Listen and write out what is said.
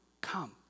come